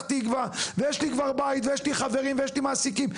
תקווה ויש לי כבר בית ויש לי חברים ויש לי מעסיקים,